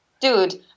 dude